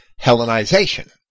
Hellenization